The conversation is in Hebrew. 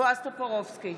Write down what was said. בועז טופורובסקי,